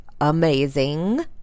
Amazing